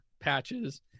patches